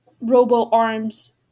robo-arms